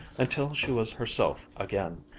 until she was herself again,